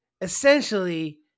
essentially